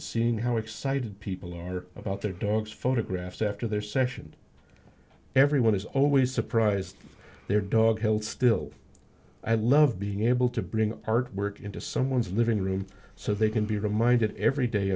seeing how excited people are about their dogs photographed after their session everyone is always surprised their dog still i love being able to bring artwork into someone's living room so they can be reminded every day